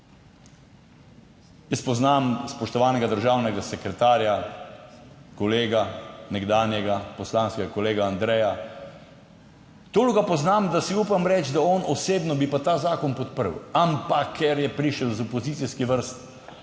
Jaz poznam spoštovanega državnega sekretarja, kolega, nekdanjega poslanskega kolega Andreja. Toliko ga poznam, da si upam reči, da bi on osebno ta zakon podprl, ampak ker je prišel iz opozicijskih vrst,